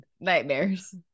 nightmares